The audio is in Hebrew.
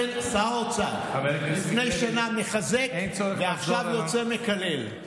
לפני שנה הוא מחזק ועכשיו יוצא מקלל, שר האוצר.